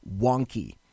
wonky